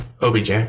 OBJ